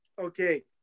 okay